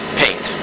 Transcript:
paint